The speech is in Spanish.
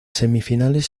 semifinales